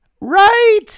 Right